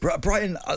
Brighton